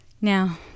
Now